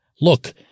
Look